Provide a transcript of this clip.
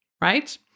right